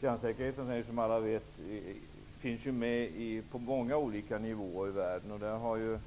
Kärnsäkerheten är, som alla vet, aktuell på många olika nivåer i världen. Där har